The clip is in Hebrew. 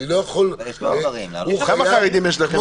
אני לא יכול הוא חייב --- כמה חרדים יש לכם?